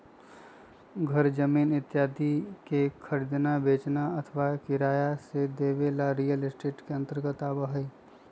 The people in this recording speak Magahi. घर जमीन इत्यादि के खरीदना, बेचना अथवा किराया से देवे ला रियल एस्टेट के अंतर्गत आवा हई